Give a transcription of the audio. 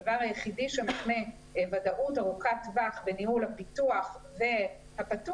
הדבר היחידי שמקנה ודאות ארוכת טווח בניהול הפיתוח והפתוח,